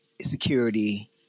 security